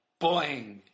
Boing